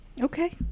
Okay